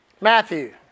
Matthew